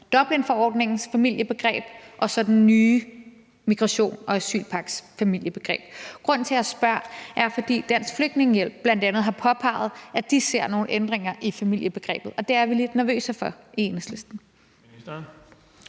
Dublinforordningens familiebegreb og så den nye migrations- og asylpagts familiebegreb? Grunden til, at jeg spørger, er, at Dansk Flygtningehjælp bl.a. har påpeget, at de ser nogle ændringer i familiebegrebet, og det er vi lidt nervøse for i Enhedslisten.